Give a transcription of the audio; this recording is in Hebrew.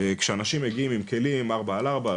כשאנשים מגיעים עם כלי רכב 4 על 4,